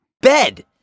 bed